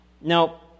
Now